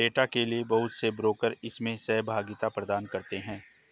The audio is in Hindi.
डेटा के लिये बहुत से ब्रोकर इसमें सहभागिता प्रदान करते हैं